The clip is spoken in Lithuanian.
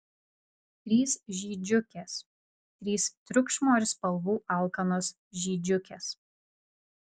trys žydžiukės trys triukšmo ir spalvų alkanos žydžiukės